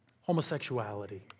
homosexuality